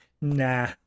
nah